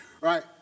right